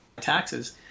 taxes